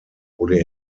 wurde